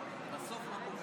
לדעתי לא רבים